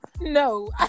no